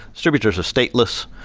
distributors are stateless.